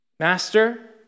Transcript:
Master